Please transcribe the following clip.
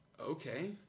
okay